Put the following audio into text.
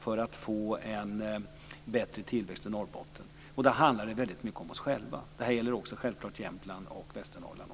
för att få en bättre tillväxt i Norrbotten. Dessa pengar har regeringen förhandlat fram i EU. Men nu handlar det väldigt mycket om oss själva. Detta gäller självklart också Jämtland och Västernorrland.